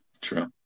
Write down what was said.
True